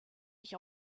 ich